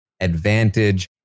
advantage